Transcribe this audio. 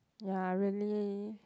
ya really